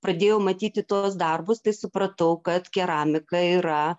pradėjau matyti tuos darbus tai supratau kad keramika yra